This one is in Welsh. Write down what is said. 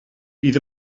bydd